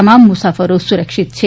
તમામ મુસાફરો સુરક્ષિત છે